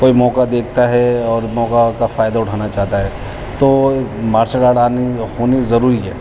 کوئی موقع دیکھتا ہے اور موقعہ کا فائدہ اٹھانا چاہتا ہے تو مارشل آرٹ آنی ہونی ضروری ہے